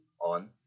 on